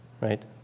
right